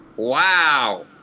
Wow